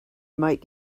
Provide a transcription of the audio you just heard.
might